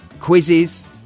quizzes